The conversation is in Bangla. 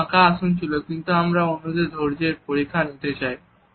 অনেক ফাঁকা আসন ছিল কিন্তু আমি অন্যদের ধৈর্যের পরীক্ষা নিতে চাই